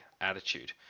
attitude